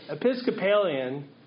Episcopalian